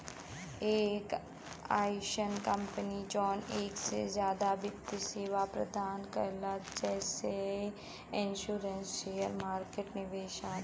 एक अइसन कंपनी जौन एक से जादा वित्त सेवा प्रदान करला जैसे इन्शुरन्स शेयर मार्केट निवेश आदि